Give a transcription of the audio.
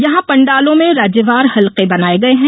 यहां पंडालों में राज्यवार हल्के बनाये गये हैं